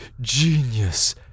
genius